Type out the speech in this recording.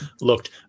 looked